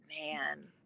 man